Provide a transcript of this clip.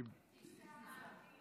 אבתיסאם מראענה.